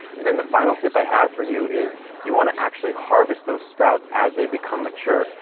and then the final tip i have for you is you want to actually harvest those sprouts as they become mature.